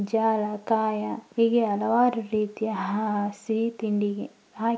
ಜಾಯ ಕಾಯಿ ಹೀಗೆ ಹಲವಾರು ರೀತಿಯ ಸಿಹಿ ತಿಂಡಿಗೆ ಹಾಕಿ